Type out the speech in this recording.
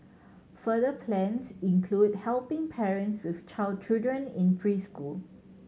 further plans include helping parents with child children in preschool